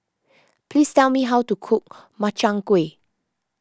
please tell me how to cook Makchang Gui